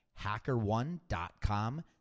HackerOne.com